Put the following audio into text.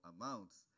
amounts